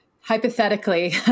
hypothetically